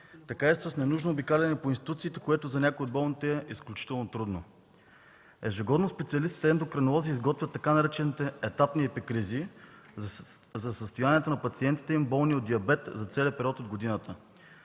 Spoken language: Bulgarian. така и с ненужно обикаляне по институциите, което за някои от болните е изключително трудно. Ежегодно специалистите ендокринолози изготвят така наречените „етапни епикризи” за състоянието на пациентите и болните от диабет за целия период от годината.